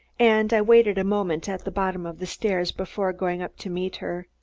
and i waited a moment at the bottom of the stairs before going up to meet her.